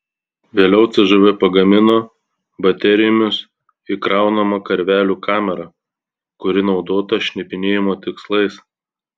vėliau cžv pagamino baterijomis įkraunamą karvelių kamerą kuri naudota šnipinėjimo tikslais